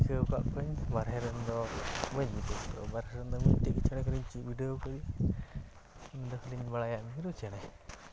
ᱴᱷᱤᱠᱟᱹᱣ ᱟᱠᱟᱫ ᱠᱚᱣᱟᱹᱧ ᱵᱟᱨᱦᱮᱨᱮᱱ ᱫᱚ ᱵᱟᱹᱧ ᱴᱷᱤᱠᱟᱹᱣ ᱠᱟᱫ ᱠᱚᱣᱟ ᱵᱟᱨᱦᱮᱨᱮᱱ ᱫᱚ ᱢᱤᱫᱴᱮᱱᱜᱮ ᱪᱮᱬᱮ ᱠᱷᱟᱹᱞᱤᱧ ᱵᱤᱰᱟᱹᱣ ᱠᱟᱰᱮᱭᱟ ᱩᱱᱤᱫᱚ ᱠᱷᱟᱹᱞᱤᱧ ᱵᱟᱲᱟᱭᱟ ᱱᱩᱭᱫᱚ ᱢᱤᱨᱩ ᱪᱮᱬᱮ